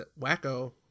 Wacko